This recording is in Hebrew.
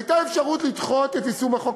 הייתה אפשרות לדחות את יישום החוק.